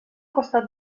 costat